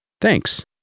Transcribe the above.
Thanks